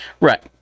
Right